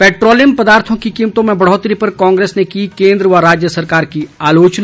petroleum पदार्थों की कीमतों में बढ़ौतरी पर कांग्रेस ने की केंद्र व राज्य सरकार की आलोचना